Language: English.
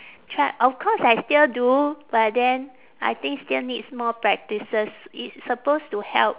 try of course I still do but then I think still needs more practices it's supposed to help